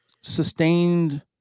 sustained